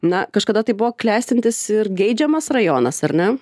na kažkada tai buvo klestintis ir geidžiamas rajonas ar ne